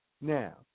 Now